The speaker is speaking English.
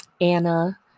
Anna